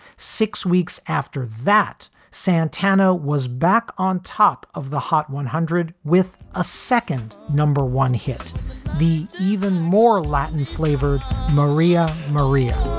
six weeks after that, santana was back on top of the hot one hundred with a second number one hit the even more latin flavored maria maria